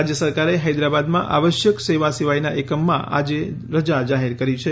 રાજ્ય સરકારે હૈદરાબાદમાં આવશ્યક સેવા સિવાયના એકમોમાં આજે રજા જાહેર કરી છે